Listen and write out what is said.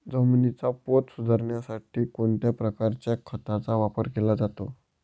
जमिनीचा पोत सुधारण्यासाठी कोणत्या प्रकारच्या खताचा वापर केला जातो?